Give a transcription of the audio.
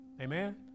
Amen